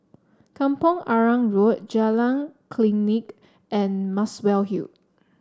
Kampong Arang Road Jalan Klinik and Muswell Hill